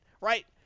right